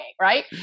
Right